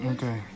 Okay